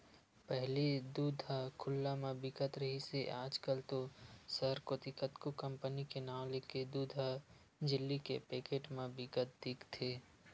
पहिली दूद ह खुल्ला म बिकत रिहिस हे आज कल तो सहर कोती कतको कंपनी के नांव लेके दूद ह झिल्ली के पैकेट म बिकत दिखथे